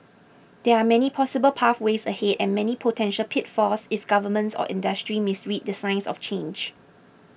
there are many possible pathways ahead and many potential pitfalls if governments or industry misread the signs of change